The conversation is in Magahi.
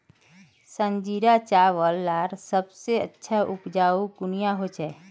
संजीरा चावल लार सबसे अच्छा उपजाऊ कुनियाँ होचए?